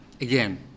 again